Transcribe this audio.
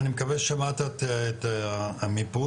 אני מקווה ששמעת את המיפוי,